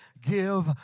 give